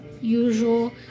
usual